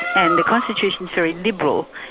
and the constitution's very liberal,